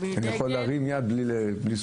אני יכול להרים יד בלי זכות.